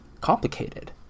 complicated